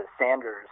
Sanders